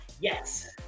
Yes